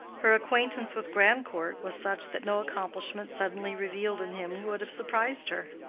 her acquaintance with grandcourt was such that no accomplishment suddenly revealed in him would have surprised her.